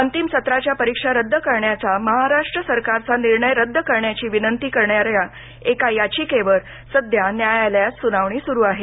अंतिम सत्राच्या परिक्षा रद्द करण्याचा महाराष्ट्र सरकारचा निर्णय खारीज करण्याची विनंती करणाऱ्या एका याचिकेवर सध्या न्यायालयात सुनावणी सुरू आहे